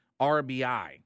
RBI